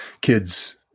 kids